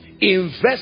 Invest